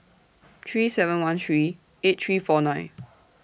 three seven one three eight three four nine